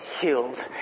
healed